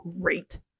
great